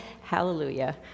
Hallelujah